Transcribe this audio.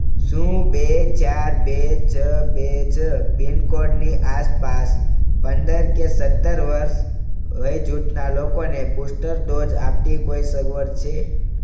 શું બે ચાર બે છ બે છ પિનકોડની આસપાસ પંદર કે સત્તર વર્ષ વયજૂથનાં લોકોને બુસ્ટર ડોઝ આપતી કોઈ સગવડ છે